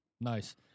Nice